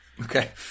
Okay